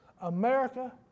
America